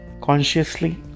consciously